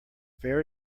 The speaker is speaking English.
fair